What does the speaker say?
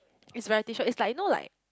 is my Tshirt is like you know like